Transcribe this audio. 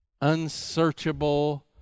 unsearchable